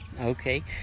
Okay